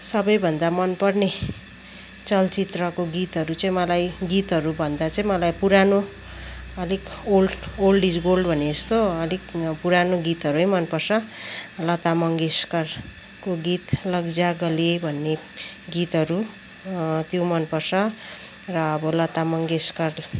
सबैभन्दा मनपर्ने चलचित्रको गीतहरू चाहिँ मलाई गीतहरूभन्दा चाहिँ मलाई पुरानो अलिक ओल्ड ओल्ड इज गोल्ड भने जस्तो अलिक पुरानो गीतहरू मनपर्छ लता मङ्गेसकरको गीत लग जा गले भन्ने गीतहरू त्यो मनपर्छ र अबो लता मङ्गेसकर